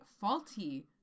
faulty